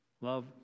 love